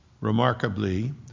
remarkably